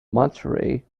monterey